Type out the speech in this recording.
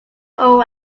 all